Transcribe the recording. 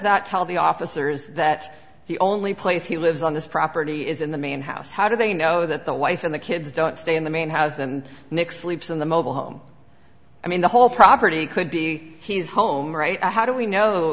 that tell the officers that the only place he lives on this property is in the main house how do they know that the wife and the kids don't stay in the main house and nick sleeps in the mobile home i mean the whole property could be his home right how do we know